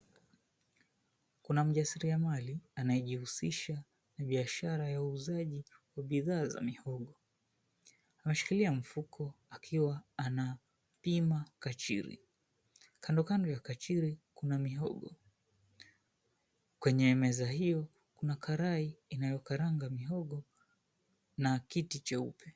Kuna mjasiriamali anayejihusisha na biashara ya uuzaji wa bidhaa za mihogo. Anashikilia mfuko akiwa anapima kachiri. Kando kando ya kachiri kuna mihogo. Kwenye meza hiyo, kuna karai inayo karanga mihogo na kiti cheupe.